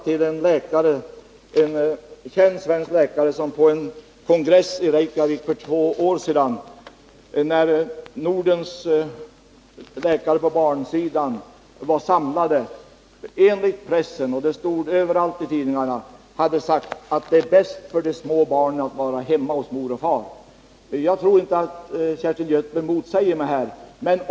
Jag vill bara hänvisa till vad en känd svensk läkare för två år sedan uttalade på en nordisk kongress för barnläkare i Reykjavik. Överallt i tidningarna stod att han då hade sagt: Det är bäst för de små barnen att vara hemma hos mor och far. Jag tror inte att Kerstin Göthberg motsäger mig här.